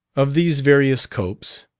of these various copes,